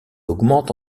augmente